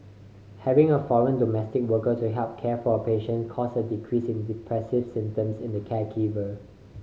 having a foreign domestic worker to help care for a patient caused a decrease in depressive symptoms in the caregiver